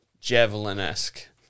javelin-esque